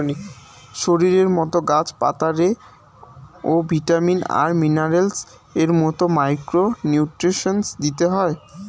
শরীরের মতো গাছ পাতারে ও ভিটামিন আর মিনারেলস এর মতো মাইক্রো নিউট্রিয়েন্টস দিতে হই